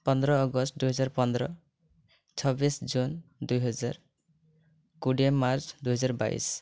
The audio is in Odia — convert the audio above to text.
ପନ୍ଦର ଅଗଷ୍ଟ ଦୁଇ ହଜାର ପନ୍ଦର ଛବିଶ ଜୁନ୍ ଦୁଇ ହଜାର କୋଡ଼ିଏ ମାର୍ଚ୍ଚ ଦୁଇ ହଜାର ବାଇଶ